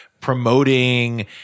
promoting